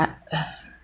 but